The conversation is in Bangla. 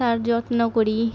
তার যত্ন করি